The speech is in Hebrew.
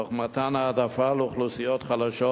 תוך מתן העדפה לאוכלוסיות חלשות,